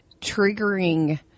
triggering